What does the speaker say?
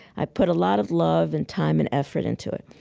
i put a lot of love and time and effort into it.